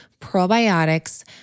probiotics